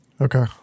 okay